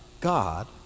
God